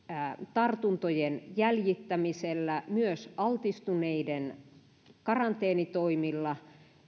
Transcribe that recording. tartuntojen jäljittämisellä ja myös altistuneiden karanteenitoimilla